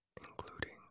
including